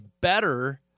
better